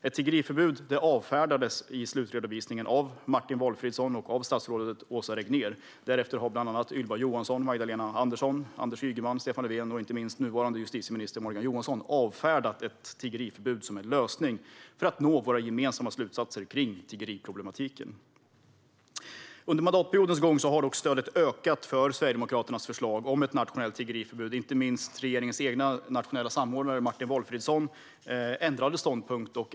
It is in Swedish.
Ett tiggeriförbud avfärdades i slutredovisningen av Martin Valfridsson och av statsrådet Åsa Regnér. Därefter har bland andra Ylva Johansson, Magdalena Andersson, Anders Ygeman, Stefan Löfven och inte minst nuvarande justitieminister Morgan Johansson avfärdat ett tiggeriförbud som en lösning för att nå våra gemensamma slutsatser kring tiggeriproblematiken. Under mandatperiodens gång har dock stödet ökat för Sverigedemokraternas förslag om ett nationellt tiggeriförbud. Inte minst ändrade regeringens egen nationella samordnare för utsatta EU-medborgare, Martin Valfridsson, ståndpunkt.